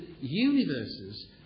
universes